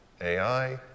AI